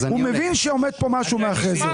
הוא מבין שעומד פה משהו מאחורי זה.